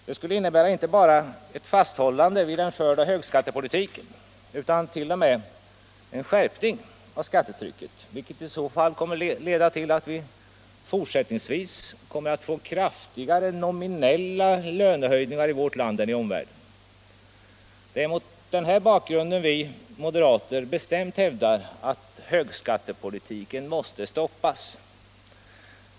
Det skulle innebära inte bara ett fasthållande vid den förda högskattepolitiken utan t.o.m. en skärpning av skattetrycket, vilket i så fall kommer att leda till att vi fortsättningsvis kommer att få kraftigare nominella lönehöjningar i vårt land än i omvärlden. Det är mot denna bakgrund vi moderater bestämt hävdar att högskattepolitiken måste stoppas.